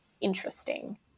interesting